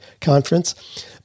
conference